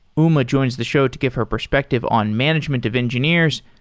uma joins the show to give her perspective on management of engineers,